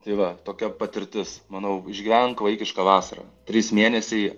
tai va tokia patirtis manau išgyvenk vaikiška vasarą trys mėnesiai